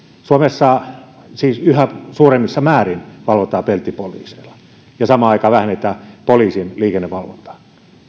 suomessa siis yhä suuremmissa määrin valvotaan peltipoliiseilla ja samaan aikaan vähennetään poliisin liikennevalvontaa